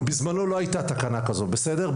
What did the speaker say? בזמנו לא הייתה תקנה כזו בסדר?